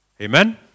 Amen